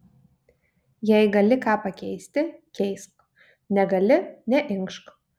jei gali ką pakeisti keisk negali neinkšk